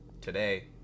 today